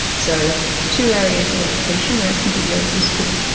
so two areas in education where it can be really useful.